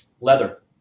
Leather